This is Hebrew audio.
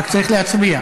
רק צריך להצביע.